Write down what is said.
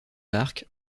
arcs